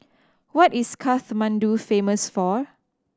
what is Kathmandu famous for